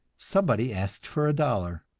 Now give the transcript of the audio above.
somebody asked for a dollar.